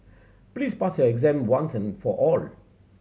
please pass your exam once and for all